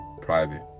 private